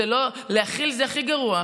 להכיל זה הכי גרוע,